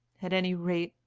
at any rate,